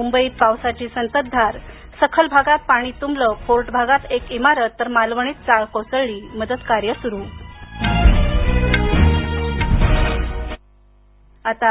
मुंबईत पावसाची संततधार सखल भागात पाणी तुंबलं फोर्टभागात एक इमारत तर मालवणीत चाळ कोसळली मदतकार्य सुरू